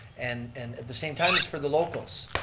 and and at the same time, it's for the locals.